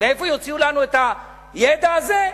מאיפה יוציאו לנו את הידע הזה?